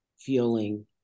feeling